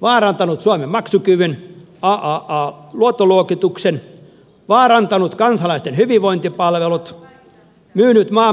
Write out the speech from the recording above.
vaarantanut suomen maksukyvyn aaa luottoluokituksen vaarantanut kansalaisten hyvinvointipalvelut myynyt maamme taloudellisen itsemääräämisoikeuden